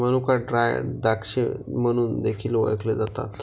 मनुका ड्राय द्राक्षे म्हणून देखील ओळखले जातात